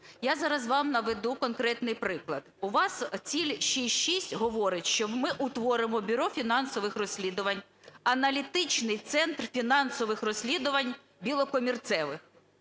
Я зараз вам наведу конкретний приклад. У вас ціль 6.6 говорить, що ми уторимо Бюро фінансових розслідувань, аналітичний центр фінансових розслідувань "білокомірцевих".